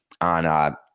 on